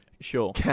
Sure